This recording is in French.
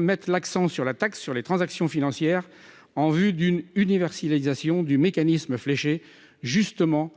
mettre l'accent sur la taxe sur les transactions financières, la TTF, en vue d'une universalisation du mécanisme fléché justement